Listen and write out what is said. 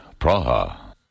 Praha